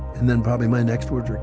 and then probably, my next words were,